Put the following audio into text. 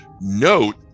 note